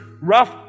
rough